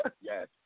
Yes